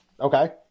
Okay